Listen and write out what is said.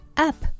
up